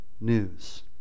news